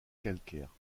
calcaire